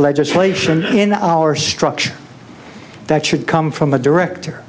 legislation in our structure that should come from a director